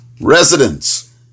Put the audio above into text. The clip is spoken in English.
Residents